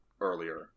earlier